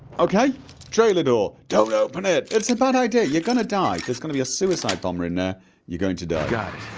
okay trailer door don't open it! it's a bad idea, you're gonna die there's gonna be a suicide bomber in there you're going to die